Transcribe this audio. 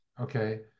okay